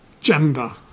gender